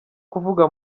kuvuga